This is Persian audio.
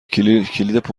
کلید